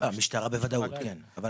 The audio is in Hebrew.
המשטרה בוודאות, כן.